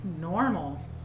normal